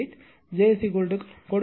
88 j கொடுக்கப்பட்ட உள்ளது